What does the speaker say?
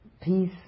peace